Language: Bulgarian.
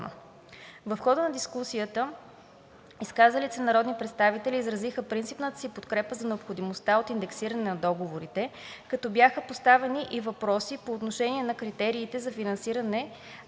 В хода на дискусията изказалите се народни представители изразиха принципната си подкрепа за необходимостта от индексиране на договорите, като бяха поставени и въпроси по отношение на критериите за финансиране